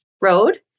Road